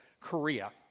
Korea